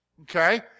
Okay